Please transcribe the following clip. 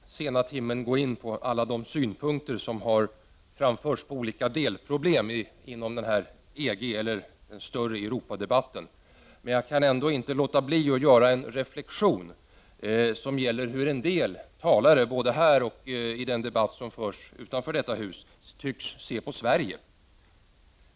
Herr talman! Jag skall inte vid den här sena timmen gå in på alla de synpunkter som har framförts på olika delproblem inom den större europeiska debatten. Men jag kan ändå inte låta bli att göra en reflexion som gäller hur en del talare, både här och i den debatt som förs utanför detta hus, tycks se på Sverige.